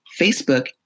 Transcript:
Facebook